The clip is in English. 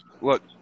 look